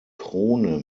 krone